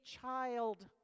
child